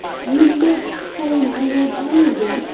you must find lord ivy!